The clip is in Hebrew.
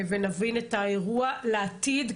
ונבין את האירוע לעתיד,